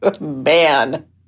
Man